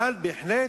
אבל בהחלט,